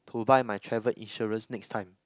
to buy my travel insurance next time